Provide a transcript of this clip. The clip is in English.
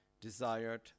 desired